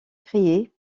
créé